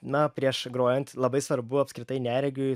na prieš grojant labai svarbu apskritai neregiui